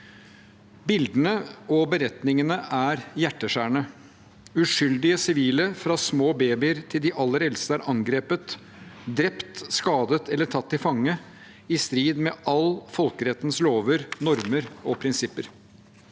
Bildene og beretningene er hjerteskjærende. Uskyldige sivile, fra små babyer til de aller eldste, er angrepet, drept, skadet eller tatt til fange, i strid med alle folkerettens lover, normer og prinsipper.